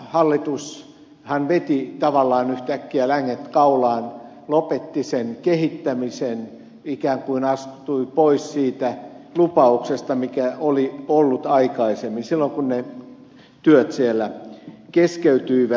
hallitushan veti tavallaan yhtäkkiä länget kaulaan lopetti sen kehittämisen ikään kuin astui pois siitä lupauksesta mikä oli ollut aikaisemmin silloin kun ne työt siellä keskeytyivät